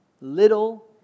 little